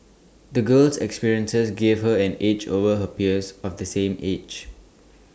the girl's experiences gave her an edge over her peers of the same age